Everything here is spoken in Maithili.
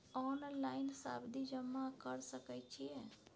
ऑनलाइन सावधि जमा कर सके छिये?